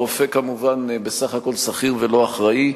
הרופא כמובן בסך הכול שכיר ולא אחראי,